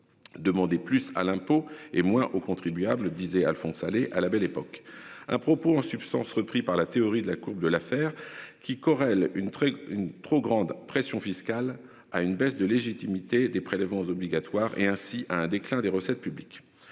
Demander plus à l'impôt et moins au contribuable disait Alphonse Allais, ah la belle époque un propos en substance repris par la théorie de la courbe de l'affaire qui Corel une une trop grande pression fiscale à une baisse de légitimité des prélèvements obligatoires et ainsi à un déclin des recettes publiques.